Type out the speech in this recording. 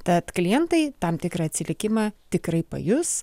tad klientai tam tikrą atsilikimą tikrai pajus